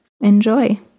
Enjoy